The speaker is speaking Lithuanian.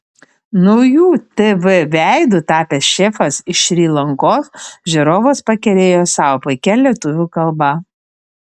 nauju tv veidu tapęs šefas iš šri lankos žiūrovus pakerėjo savo puikia lietuvių kalba